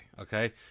okay